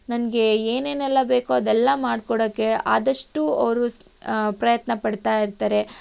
ನನಗೆ ಏನೇನೆಲ್ಲ ಬೇಕೋ ಅದೆಲ್ಲ ಮಾಡ್ಕೊಡೋಕೆ ಆದಷ್ಟು ಅವ್ರ ಸ ಪ್ರಯತ್ನ ಪಡ್ತಾ ಇರ್ತಾರೆ